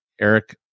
Eric